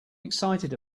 excited